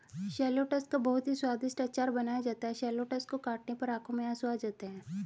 shallots का बहुत ही स्वादिष्ट अचार बनाया जाता है शैलोट्स को काटने पर आंखों में आंसू आते हैं